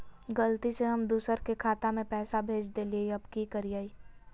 गलती से हम दुसर के खाता में पैसा भेज देलियेई, अब की करियई?